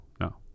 no